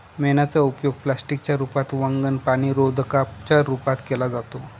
मेणाचा उपयोग प्लास्टिक च्या रूपात, वंगण, पाणीरोधका च्या रूपात केला जातो